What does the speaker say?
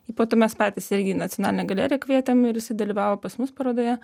ir po to mes patys irgi į nacionalinę galeriją kvietėm ir jisai dalyvavo pas mus parodoje